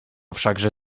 wszakże